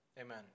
Amen